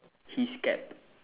his cap